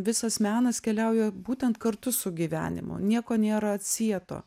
visas menas keliauja būtent kartu su gyvenimu nieko nėra atsieto